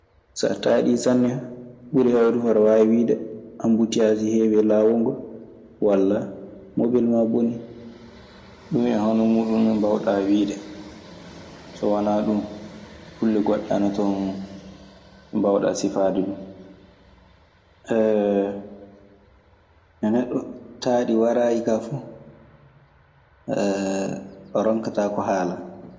So a taaɗii sanne, ko ɓuri heewde fuu aɗe waawi wiide ambutteyaas heewi e laawol ngol walla mobel maa bonii. Ɗun e hono muuɗun nii mbaawaɗaa wiide. So wanaa ɗun, kulle goɗɗe ana ton ɗe mbaawɗaa sifaade du. Nde neɗɗo taaɗii waraayi kaa fu, o ronkataa ko haalaa.